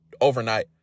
overnight